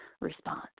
response